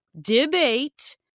debate